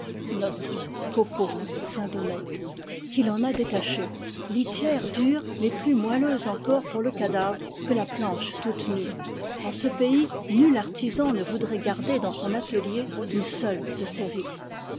qu'il en a détachées litière dure mais plus moelleuse encore pour le cadavre que la planche toute nue en ce pays nul artisan ne voudrait garder dans son atelier une seule de ces ripes